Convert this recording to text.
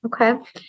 Okay